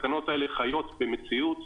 התקנות האלה חיות במציאות,